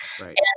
Right